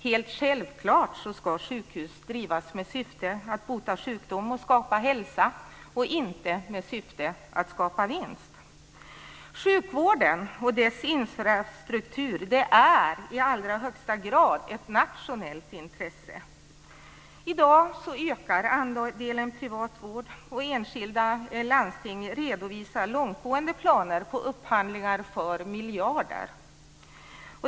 Helt självklart ska sjukhus drivas med syfte att bota sjukdom och skapa hälsa och inte med syfte att skapa vinst. Sjukvården och dess infrastruktur är i allra högst grad ett nationellt intresse. I dag ökar andelen privat vård, och enskilda landsting redovisar långtgående planer på upphandlingar för miljarder.